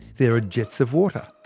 there are jets of water,